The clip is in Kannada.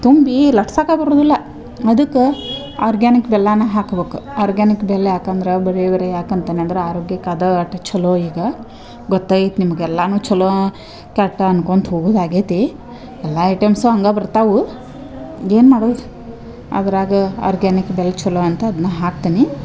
ತುಂಬಿ ಲಟ್ಸಾಕೆ ಬರುದಿಲ್ಲ ಅದಕ್ಕೆ ಆರ್ಗ್ಯಾನಿಕ್ ಬೆಲ್ಲಾನ ಹಾಕ್ಬಕು ಆರ್ಗ್ಯಾನಿಕ್ ಬೆಲ್ಲ ಯಾಕಂದ್ರ ಬರೇ ಬರೆ ಯಾಕಂತನ ಅಂದ್ರ ಆರೋಗ್ಯಕ್ಕೆ ಅದಾ ಅಟ್ ಚಲೋ ಈಗ ಗೊತ್ತಾಯ್ತ ನಿಮ್ಗ ಎಲ್ಲಾನು ಚಲೋ ಕರೆಕ್ಟಾ ಅನ್ಕೊಳ್ತಾ ಹೋಗುದು ಆಗ್ಯೈತಿ ಎಲ್ಲಾ ಐಟೆಮ್ಸು ಹಂಗೆ ಬರ್ತವು ಏನು ಮಾಡೋದು ಅದ್ರಾಗ ಆರ್ಗ್ಯಾನಿಕ್ ಬೆಲ್ಲ ಚಲೋ ಅಂತ ಅದನ್ನ ಹಾಕ್ತೆನಿ